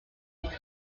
ils